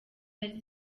hari